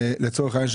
לצורך העניין,